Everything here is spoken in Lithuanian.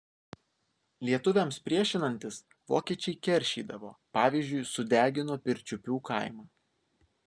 lietuviams priešinantis vokiečiai keršydavo pavyzdžiui sudegino pirčiupių kaimą